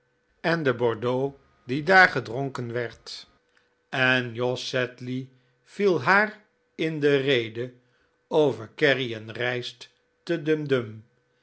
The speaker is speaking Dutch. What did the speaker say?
en de bordeaux die daar gedronken werd en jos sedley viel haar in de rede over kerrie en rijst te